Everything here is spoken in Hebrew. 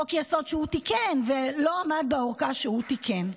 חוק-סוד שהוא תיקן ולא עמד בארכה שהוא תיקן.